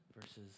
versus